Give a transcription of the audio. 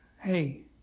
hey